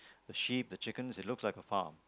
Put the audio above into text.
the sheep the chicken it looks like a farm